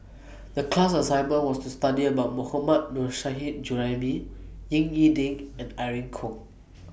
The class assignment was to study about Mohammad Nurrasyid Juraimi Ying E Ding and Irene Khong